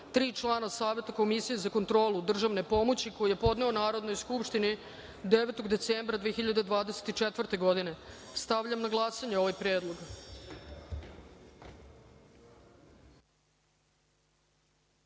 tri člana Saveta Komisije za kontrolu državne pomoći, koji je podneo Narodnoj skupštini 9. decembra 2024. godine. Stavljam na glasanje ovaj